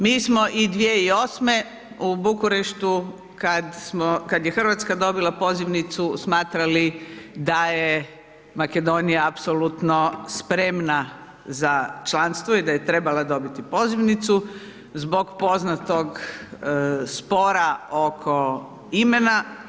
Mi smo i 2008. u Bukureštu kad smo, kad je Hrvatska dobila pozivnicu smatrali da je Makedonija apsolutno spremna za članstvo i da je trebala dobiti pozivnicu zbog poznatog spora oko imena.